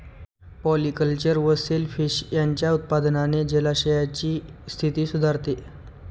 polyculture व shellfish यांच्या उत्पादनाने जलाशयांची स्थिती सुधारते